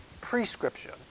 prescription